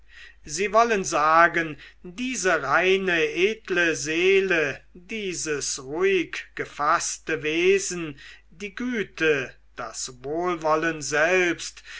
sie wollen sagen diese reine edle seele dieses ruhig gefaßte wesen die güte das wohlwollen selbst